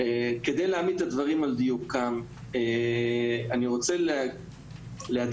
כדי להעמיד את הדברים על דיוקם אני רוצה להדגיש,